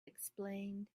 explained